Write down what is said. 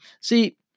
See